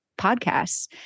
podcasts